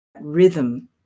rhythm